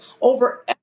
over